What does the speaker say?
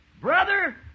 Brother